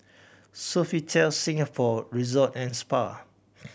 Sofitel Singapore Resort and Spa